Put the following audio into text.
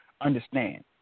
understand